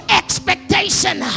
expectation